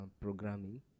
programming